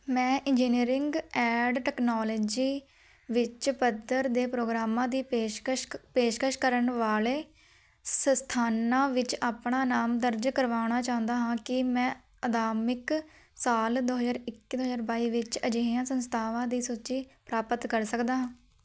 ਮੈਂ engineering and technology ਵਿੱਚ ਪੱਧਰ ਦੇ ਪ੍ਰੋਗਰਾਮਾਂ ਦੀ ਪੇਸ਼ਕਸ਼ਕ ਪੇਸ਼ਕਸ਼ ਕਰਨ ਵਾਲੇ ਸੰਸਥਾਨਾਂ ਵਿੱਚ ਆਪਣਾ ਨਾਮ ਦਰਜ ਕਰਵਾਉਣਾ ਚਾਹੁੰਦਾ ਹਾਂ ਕਿ ਮੈਂ ਅਦਾਮਿਕ ਸਾਲ ਦੋ ਹਜ਼ਾਰ ਇੱਕੀ ਦੋ ਹਜ਼ਾਰ ਬਾਈ ਵਿੱਚ ਅਜਿਹੀਆਂ ਸੰਸਥਾਵਾਂ ਦੀ ਸੂਚੀ ਪ੍ਰਾਪਤ ਕਰ ਸਕਦਾ ਹਾਂ